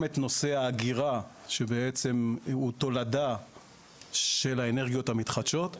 את נושא האגירה שהוא בעצם הוא תולדה של האנרגיות המתחדשות,